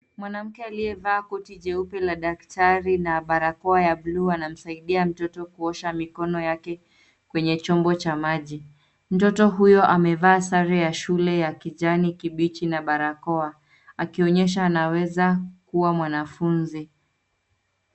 Mwanamke aliyevaa koti jeupe la daktari na barakoa ya bluu anamsaidia mtoto kuosha mikono yake kwenye chombo cha maji. Mtoto huyo amevaa sare ya shule ya kijani kibichi na barakoa akionyesha anaweza kuwa mwanafunzi.